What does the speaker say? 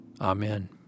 Amen